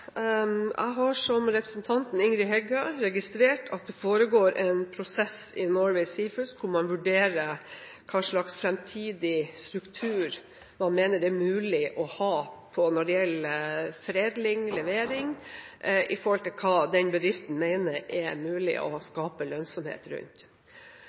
Jeg har, som representanten Ingrid Heggø, registrert at det foregår en prosess i Norway Seafoods hvor man vurderer hva slags fremtidig struktur man mener det er mulig å ha når det gjelder foredling og levering, og hva bedriften mener det er mulig å skape lønnsomhet rundt.